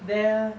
there